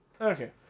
Okay